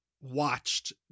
watched